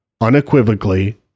unequivocally